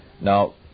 Now